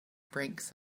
brakes